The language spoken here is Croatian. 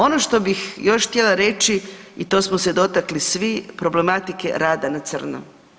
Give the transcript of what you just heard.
Ono što bih još htjela reći i to smo se dotakli svi, problematike rada na crno.